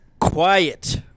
Quiet